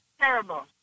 terrible